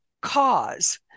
cause